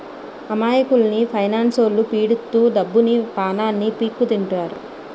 అమాయకుల్ని ఫైనాన్స్లొల్లు పీడిత్తు డబ్బుని, పానాన్ని పీక్కుతింటారు